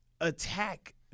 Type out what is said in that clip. attack